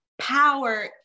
power